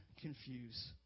confuse